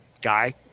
guy